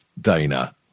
dana